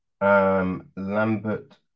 Lambert